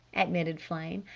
admitted flame.